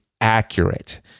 accurate